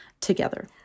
together